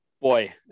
boy